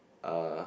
uh